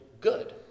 good